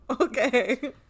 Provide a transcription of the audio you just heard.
okay